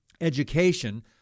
education